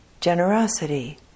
Generosity